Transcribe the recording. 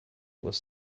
was